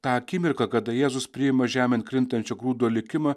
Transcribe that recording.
tą akimirką kada jėzus priima žemėn krintančio grūdo likimą